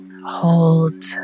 Hold